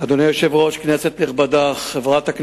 על-ידי רב-פקד שאינו